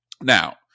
Now